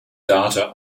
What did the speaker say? data